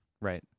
Right